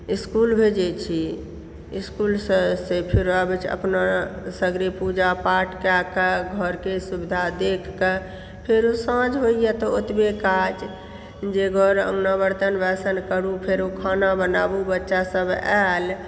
school भेजै छी इ ॰स्कूलसँ से फेर आबै छै अपना सगरे पूजा पाठ कएकऽ घरके सुविधा देखकऽ फेरो साँझ होइए तऽ ओतबे काज जे घर अङ्गना बरतन बासन करु फेरो खाना बनाबु बच्चासभ आयल